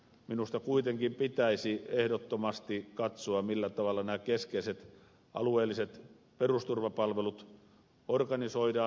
minusta kuitenkin pitäisi ehdottomasti katsoa millä tavalla nämä keskeiset alueelliset perusturvapalvelut organisoidaan